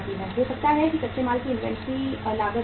हो सकता है कि कच्चे माल की इन्वेंट्री लागत बढ़ जाए